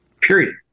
period